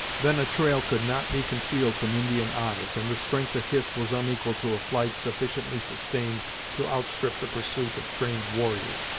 then a trail could not be concealed from indian eyes, and the strength of hist was unequal to a flight sufficiently sustained to outstrip the pursuit of trained warriors.